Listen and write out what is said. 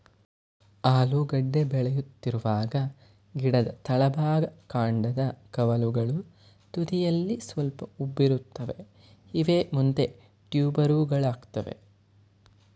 ಆಲೂಗೆಡ್ಡೆ ಬೆಳೆಯುತ್ತಿರುವಾಗ ಗಿಡದ ತಳಭಾಗ ಕಾಂಡದ ಕವಲುಗಳು ತುದಿಯಲ್ಲಿ ಸ್ವಲ್ಪ ಉಬ್ಬಿರುತ್ತವೆ ಇವೇ ಮುಂದೆ ಟ್ಯೂಬರುಗಳಾಗ್ತವೆ